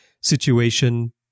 situation